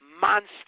monster